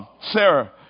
Sarah